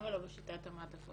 למה לא בשיטת המעטפות הכפולות?